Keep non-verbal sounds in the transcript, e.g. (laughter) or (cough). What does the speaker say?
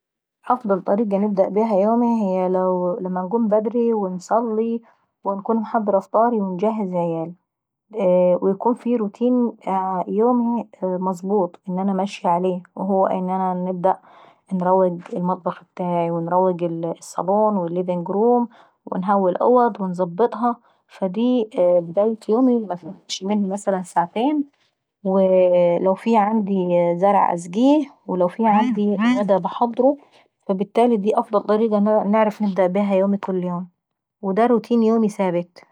افضل طريقة نبدا بيها يوماي لما نقوم بدري ونصلي ونكون محضرة فطاراي ونجهو عيالي. ويكون في روتين يومي مظبوط ماشية عليه، إن انا انروق المطبهخ ابتاعي وانروق الصالون والليفنج رووم، وانهوي الاوض ونظبطها، (noise) فدي بداية يومي مبتاخخدش مني مثلا ساعتين. ولو في عندي زرع نزقيه ولو في غدا انحضره فبالتالي دي افضل طريقة نعرف نبدا بيها يومي كل يوم. ودا روتيني ثابت.